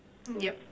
yup